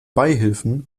beihilfen